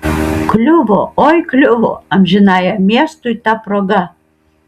kliuvo oi kliuvo amžinajam miestui ta proga